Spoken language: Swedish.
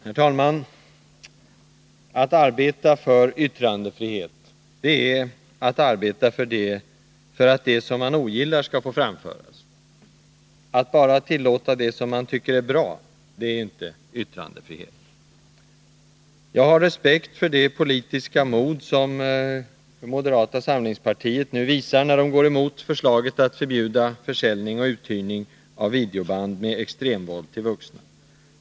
Herr talman! Att arbeta för yttrandefrihet är att arbeta för att det som man ogillar skall få framföras. Att bara tillåta det som man tycker är bra är inte yttrandefrihet. Jag har respekt för det politiska mod som moderaterna nu visar när de går emot förslaget att förbjuda försäljning och utgivning av videoband med extremvåld till vuxna.